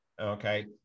Okay